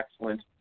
excellent